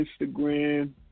Instagram